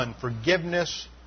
Forgiveness